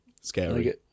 scary